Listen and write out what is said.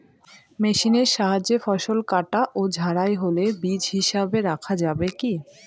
মেশিনের সাহায্যে ফসল কাটা ও ঝাড়াই হলে বীজ হিসাবে রাখা যাবে কি?